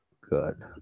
good